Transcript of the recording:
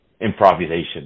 improvisation